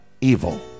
evil